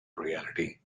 reality